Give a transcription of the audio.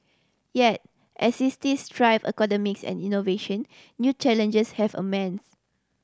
yet as drive economies and innovation new challenges have